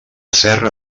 serra